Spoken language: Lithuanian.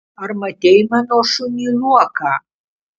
ar matei mano šunį luoką